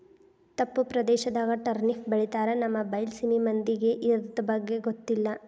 ತಪ್ಪು ಪ್ರದೇಶದಾಗ ಟರ್ನಿಪ್ ಬೆಳಿತಾರ ನಮ್ಮ ಬೈಲಸೇಮಿ ಮಂದಿಗೆ ಇರ್ದಬಗ್ಗೆ ಗೊತ್ತಿಲ್ಲ